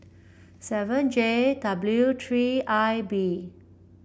seven J W three I B